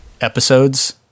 episodes